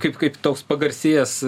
kaip kaip toks pagarsėjęs